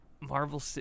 Marvel